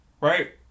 right